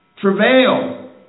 Travail